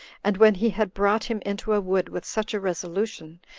and when he had brought him into a wood with such a resolution,